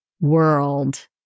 world